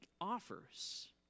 offers